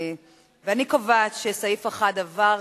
קובעת שסעיף 1 עבר